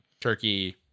Turkey